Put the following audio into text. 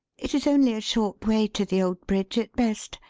it is only a short way to the old bridge at best,